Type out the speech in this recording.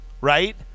right